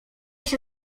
się